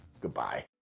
goodbye